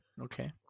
Okay